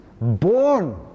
born